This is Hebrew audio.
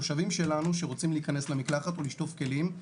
תושבים שלנו שרוצים להיכנס למקלחת או לשטוף כלים,